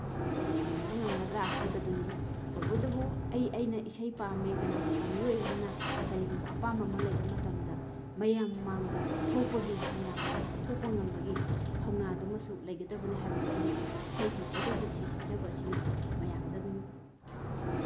ꯑꯩꯅ ꯐꯪꯍꯟꯕ ꯉꯝꯒꯗ꯭ꯔꯥ ꯍꯥꯏꯕꯗꯨꯅꯤ ꯇꯧꯕꯇꯕꯨ ꯑꯩ ꯑꯩꯅ ꯏꯁꯩ ꯄꯥꯝꯃꯦ ꯀꯅꯥꯒꯨꯝꯕ ꯃꯤꯑꯣꯏ ꯑꯃꯅ ꯀꯔꯤꯒꯨꯝꯕ ꯑꯄꯥꯝꯕ ꯑꯃ ꯂꯩꯕ ꯃꯇꯝꯗ ꯃꯌꯥꯝ ꯃꯥꯡꯗ ꯊꯣꯛꯄꯒꯤ ꯃꯌꯥꯝ ꯃꯃꯥꯡꯗ ꯎꯠꯊꯣꯛꯄ ꯉꯝꯕꯒꯤ ꯊꯧꯅꯥꯗꯨꯃꯁꯨ ꯂꯩꯒꯗꯕꯅꯤ ꯍꯥꯏꯕꯗꯣ ꯑꯩꯅ ꯏꯁꯩ ꯍꯩꯇ꯭ꯔꯒꯁꯨ ꯏꯁꯩ ꯁꯛꯆꯕ ꯑꯁꯤꯅ ꯃꯌꯥꯝꯗ ꯑꯗꯨꯝ